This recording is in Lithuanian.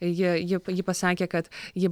jie ji pasakė kad ji